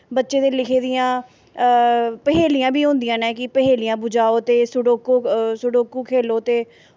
बच्चे दी लिखी दियां पहेलियां बी होंदियां न कि पहेलियां बुजाओ ते सुडोको खेलो ते